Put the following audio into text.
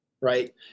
right